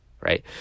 right